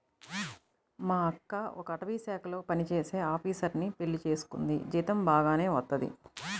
మా అక్క ఒక అటవీశాఖలో పనిజేసే ఆపీసరుని పెళ్లి చేసుకుంది, జీతం బాగానే వత్తది